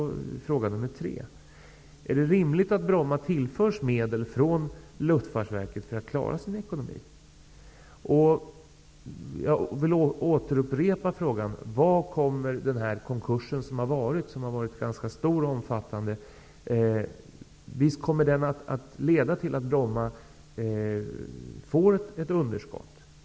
Jag vill därför fråga om det är rimligt att Bromma tillförs medel från Luftfartsverket för att klara sin ekonomi. Malmö Aviations konkurs har ju varit ganska omfattande. Visst kommer den att leda till att Bromma får ett underskott?